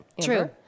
True